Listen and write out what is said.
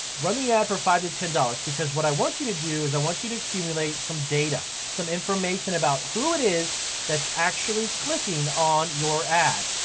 run the ad for five to ten dollars because what i want you to do is i want you to accumulate some data, some information about who it is that's actually clicking on your ad.